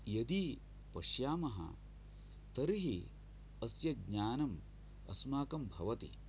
यदि पश्यामः तर्हि अस्य ज्ञानम् अस्माकं भवति